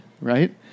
right